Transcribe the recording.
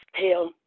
tail